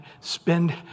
spend